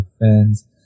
fans